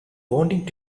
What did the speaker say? wanting